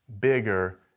bigger